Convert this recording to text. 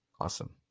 Awesome